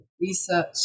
research